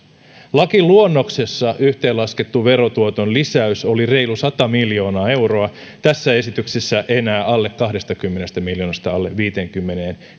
lakiluonnoksessa yhteenlaskettu verotuoton lisäys oli reilu sata miljoonaa euroa tässä esityksessä enää alle kahdestakymmenestä miljoonasta alle viiteenkymmeneen